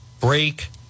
break